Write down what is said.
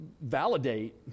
validate